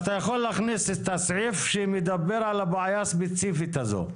אז אתה יכול להכניס את הסעיף שמדבר על הבעיה הספציפית הזאת.